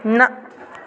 نہَ